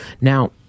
Now